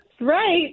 right